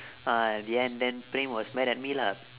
ah at the end then praem was mad at me lah